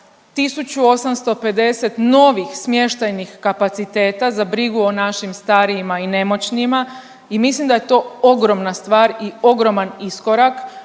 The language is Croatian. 1850 novih smještajnih kapaciteta za brigu o našim starijima i nemoćnima i mislim da je to ogromna stvar i ogroman iskorak,